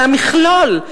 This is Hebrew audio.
זה המכלול,